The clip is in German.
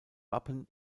wappen